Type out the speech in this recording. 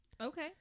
Okay